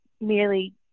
merely